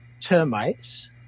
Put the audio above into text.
termites